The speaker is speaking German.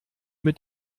mit